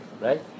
right